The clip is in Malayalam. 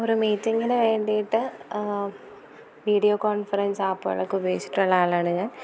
ഒരു മീറ്റിങ്ങിനു വേണ്ടിയിട്ട് വീഡിയോ കോൺഫറൻസ് ആപ്പുകളൊക്കെ ഉപയോഗിച്ചിട്ടുള്ള ആളാണ് ഞാൻ